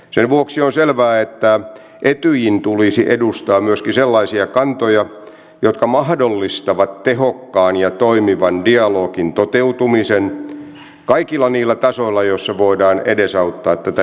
sen vuoksi on selvää että etyjin tulisi edustaa myöskin sellaisia kantoja jotka mahdollistavat tehokkaan ja toimivan dialogin toteutumisen kaikilla niillä tasoilla joilla voidaan edesauttaa tätä diplomaattista ratkaisua